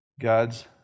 God's